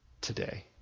today